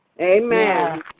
Amen